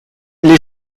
les